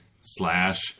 slash